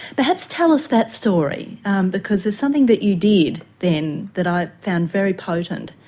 perhaps tell us that story because there's something that you did then that i found very potent.